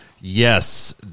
Yes